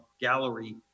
gallery